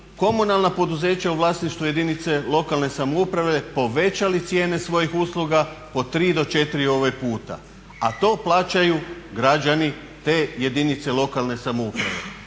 komunalna poduzeća u vlasništvu jedinice lokalne samouprave povećali cijene svojih usluga po tri do četiri puta. A to plaćaju građani te jedinice lokalne samouprave.